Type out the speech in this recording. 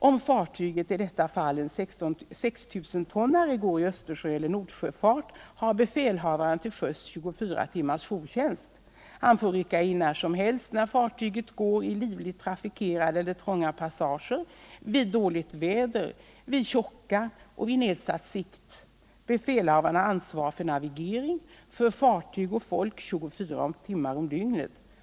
Om fartyget — i detta fall en 6 000-tonnare — går i Östersjö eller Nordsjöfart, har befälhavaren till sjöss 24 timmars jourtjänst. Han får rycka in när som helst när fartyget går i livligt trafikerade eller trånga passager, vid dåligt väder, vid tjocka och vid nedsatt sikt. Befälhavaren har ansvar för navigering, för fartyg och folk 24 timmar om dygnet.